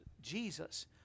Jesus